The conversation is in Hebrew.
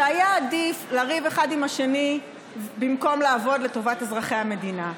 שהיה עדיף לריב אחד עם השני במקום לעבוד לטובת אזרחי המדינה,